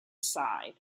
side